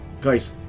guys